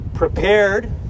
prepared